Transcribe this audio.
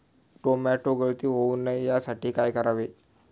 Tomato गळती होऊ नये यासाठी काय करावे?